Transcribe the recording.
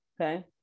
okay